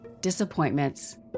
disappointments